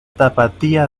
tapatía